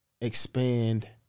expand